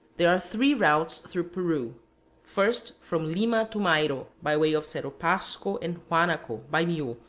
there are three routes through peru first, from lima to mayro, by way of cerro pasco and huanaco, by mule,